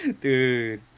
dude